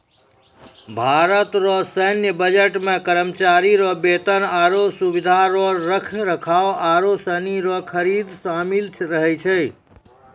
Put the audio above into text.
भारत रो सैन्य बजट मे करमचारी रो बेतन, आरो सुबिधा रो रख रखाव आरू सनी रो खरीद सामिल रहै छै